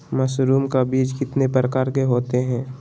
Mushroom का बीज कितने प्रकार के होते है?